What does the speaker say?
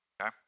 Okay